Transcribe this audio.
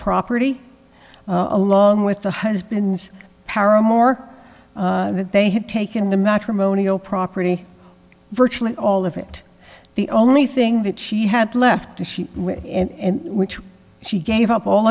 property along with the husband's param or that they had taken the matrimonial property virtually all of it the only thing that she had left and which she gave up all